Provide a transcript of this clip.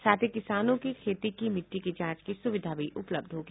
साथ ही किसानों के खेतों की मिट्टी जांच की सुविधा भी उपलब्ध होगी